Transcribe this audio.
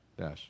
Yes